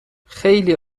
خیلی